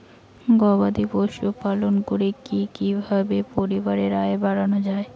গবাদি পশু পালন করে কি কিভাবে পরিবারের আয় বাড়ানো যায়?